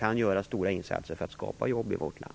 De kan göra stora insatser för att skapa jobb i vårt land.